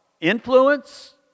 influence